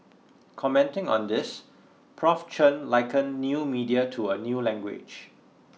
commenting on this Prof Chen liken new media to a new language